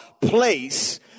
place